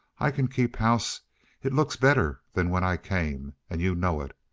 i can keep house it looks better than when i came, and you know it.